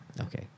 Okay